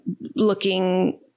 looking